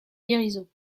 guérison